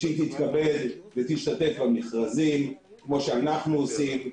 שתתכבד ותשתתף במכרזים כפי שאנו עושים,